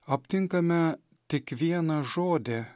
aptinkame tik vieną žodį